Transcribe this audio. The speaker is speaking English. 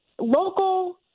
local